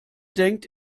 denkt